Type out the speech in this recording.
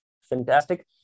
fantastic